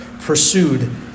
pursued